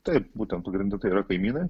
taip būtent pagrinde tai yra kaimynai